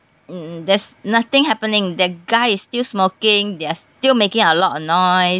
mm there's nothing happening that guy is still smoking they are still making a lot of noise